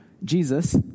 Jesus